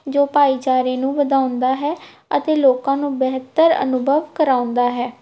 ਜੋ ਭਾਈਚਾਰੇ ਨੂੰ ਵਧਾਉਂਦਾ ਹੈ ਅਤੇ ਲੋਕਾਂ ਨੂੰ ਬਿਹਤਰ ਅਨੁਭਵ ਕਰਾਉਂਦਾ ਹੈ